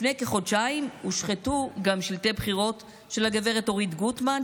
לפני כחודשיים הושחתו גם שלטי בחירות של גב' אורית גוטמן,